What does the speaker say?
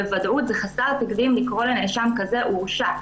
בוודאות זה חסר תקדים לקרוא לנאשם כזה "הורשע".